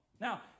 Now